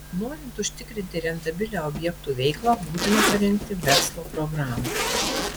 norint užtikrinti rentabilią objektų veiklą būtina parengti verslo programą